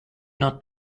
not